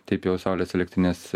taip jau saulės elektrinės